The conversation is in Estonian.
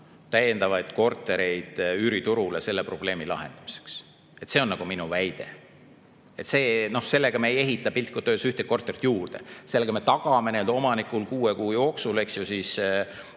täiendavaid kortereid üüriturule selle probleemi lahendamiseks. See on minu väide. Sellega me ei ehita piltlikult öeldes ühtegi korterit juurde, sellega me tagame omanikule kuue kuu jooksul, eks ju,